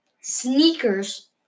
sneakers